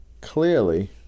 Clearly